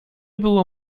było